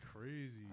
crazy